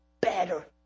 better